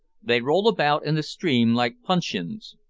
they roll about in the stream like puncheons,